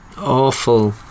awful